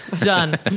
Done